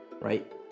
right